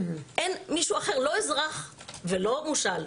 אין מישהו אחר, לא אזרח ולא מושאל.